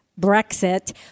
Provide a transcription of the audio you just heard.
Brexit